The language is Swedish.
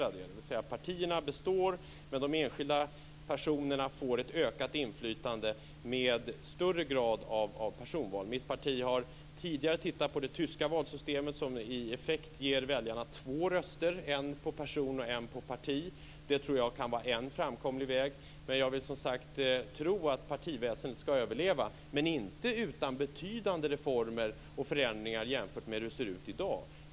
Dvs. partierna består men de enskilda personerna får ett ökat inflytande med större grad av personval. Mitt parti har tidigare tittat på det tyska valsystemet som i effekt ger väljarna två röster, en på person och en på parti. Det tror jag kan vara en framkomlig väg. Jag vill, som sagt, tro att partiväsendet skall överleva, men inte utan betydande reformer och förändringar jämfört med hur det ser ut i dag.